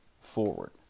forward